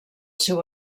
seu